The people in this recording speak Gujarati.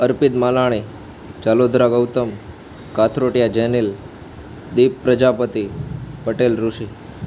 અર્પિત માલાણી ચાલોદરા ગૌતમ કાથરોટિયા જેનિલ દીપ પ્રજાપતિ પટેલ ઋષિ